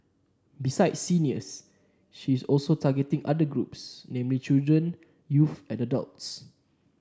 besides seniors she is also targeting other groups namely children youth and adults